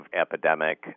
epidemic